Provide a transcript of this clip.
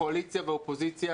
קואליציה ואופוזיציה,